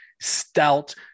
stout